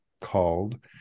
called